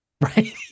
Right